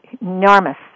enormous